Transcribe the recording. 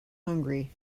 hungry